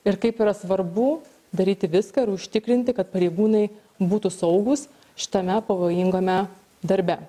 ir kaip yra svarbu daryti viską ir užtikrinti kad pareigūnai būtų saugūs šitame pavojingame darbe